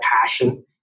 passion